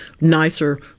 nicer